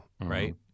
right